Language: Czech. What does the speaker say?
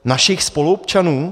Našich spoluobčanů?